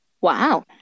Wow